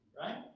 right